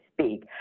speak